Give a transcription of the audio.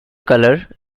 colour